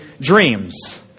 dreams